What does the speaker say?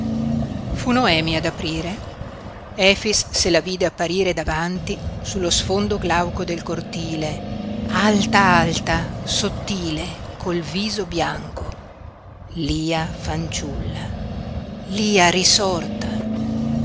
fu noemi ad aprire efix se la vide apparire davanti sullo sfondo glauco del cortile alta alta sottile col viso bianco lia fanciulla lia risorta